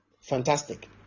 Fantastic